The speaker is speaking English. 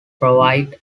provide